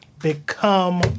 become